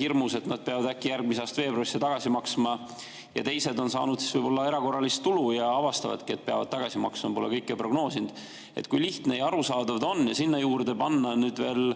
hirmus, et nad peavad äkki järgmise aasta veebruaris midagi tagasi maksma, ja teised on saanud võib-olla erakorralist tulu ja avastavad siis, et peavad tagasi maksma, pole kõike prognoosinud. Kui lihtne ja arusaadav see on? Ja sinna võiks juurde panna veel